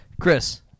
Chris